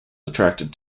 attracted